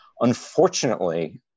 Unfortunately